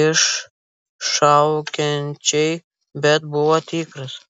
iššaukiančiai bet buvo tikras